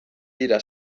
dira